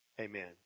Amen